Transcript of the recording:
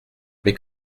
mais